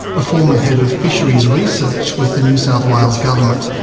a former head of fisheries research with the new south wales government.